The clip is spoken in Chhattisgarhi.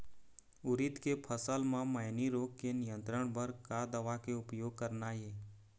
उरीद के फसल म मैनी रोग के नियंत्रण बर का दवा के उपयोग करना ये?